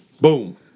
Boom